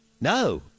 no